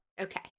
Okay